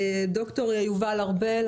ד"ר יובל ארבל,